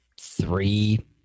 three